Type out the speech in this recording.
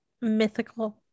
mythical